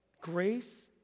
grace